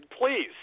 Please